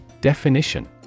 Definition